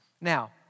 Now